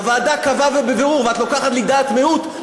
הוועדה קבעה ובבירור, ואת לוקחת לי דעת מיעוט?